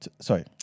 Sorry